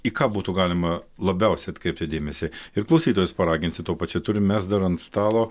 į ką būtų galima labiausiai atkreipti dėmesį ir klausytojus paraginsiu tuo pačiu turim mes dar ant stalo